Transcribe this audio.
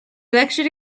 lectured